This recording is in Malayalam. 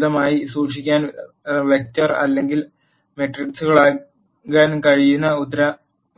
ലളിതമായി സൂക്ഷിക്കാൻ വെക്റ്റർ അല്ലെങ്കിൽ മെട്രിക്സുകളാകാൻ കഴിയുന്ന